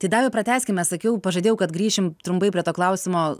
tai daiva pratęskime sakiau pažadėjau kad grįšim trumpai prie to klausimo